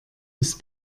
ist